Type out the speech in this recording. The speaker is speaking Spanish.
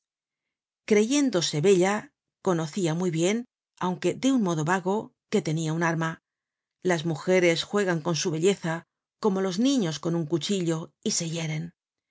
infantil creyéndose bella conocia muy bien aunque de un modo vago que tenia un arma las mujeres juegan con su belleza como los niños con un cuchillo y se hieren